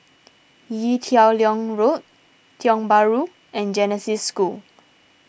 Ee Teow Leng Road Tiong Bahru and Genesis School